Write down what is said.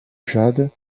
jade